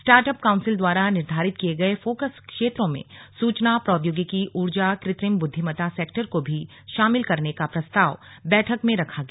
start up council द्वारा निर्धारित किये गये फोकस क्षेत्रों में सूचना प्रौद्योगिकी ऊर्जा कृत्रिम बुद्विमता सेक्टर को भी शामिल करने का प्रस्ताव बैठक में रखा गया